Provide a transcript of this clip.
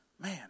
Man